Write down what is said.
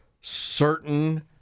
certain